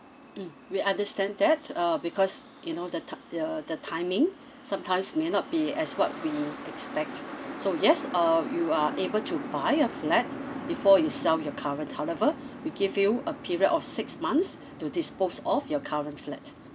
mm we understand that uh because you know the ti~ uh the timing sometimes may not be as what we expect so yes err you are able to buy a flat before you sell your current however we give you a period of six months to dispose off your current flat